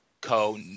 co